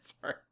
sorry